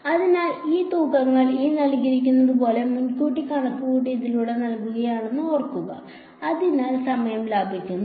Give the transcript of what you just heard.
അതിനാൽ ഈ തൂക്കങ്ങൾ മുൻകൂട്ടി കണക്കുകൂട്ടിയതിലൂടെ നൽകിയതാണെന്ന് ഓർക്കുക അതിനാൽ സമയം ലാഭിക്കുന്നു